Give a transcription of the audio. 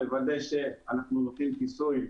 לוודא שאנחנו נותנים כיסוי,